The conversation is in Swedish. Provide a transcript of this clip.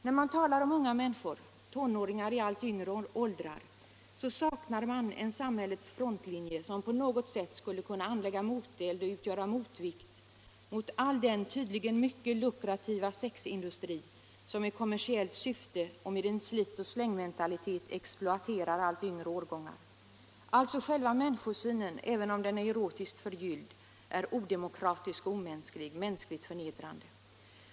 När man talar om unga människor, tonåringar i allt yngre åldrar, saknar man en samhällets frontlinje som på något sätt skulle kunna anlägga moteld och utgöra motvikt mot all den tydligen mycket lukrativa sex industri som i kommersiellt syfte och med en slit-och-släng-mentalitet Nr 21 exploaterar allt lägre åldersgrupper. Alltså själva människosynen, även Torsdagen den om den är erotiskt förgylld, är odemokratisk och omänsklig, mänskligt — 13 november 1975 förnedrande.